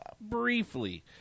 briefly